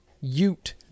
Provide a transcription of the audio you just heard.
Ute